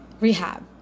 rehab